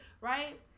Right